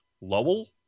Lowell